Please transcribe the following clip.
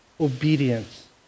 obedience